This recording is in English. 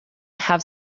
have